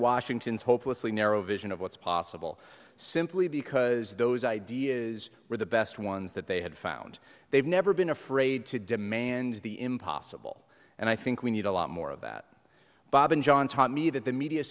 washington's hopelessly narrow vision of what's possible simply because those ideas are the best ones that they had found they've never been afraid to demand the impossible and i think we need a lot more of that bob and john taught me that the media